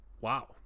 Wow